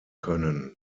können